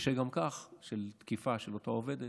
קשה גם כך של תקיפה של אותה עובדת,